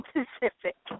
Pacific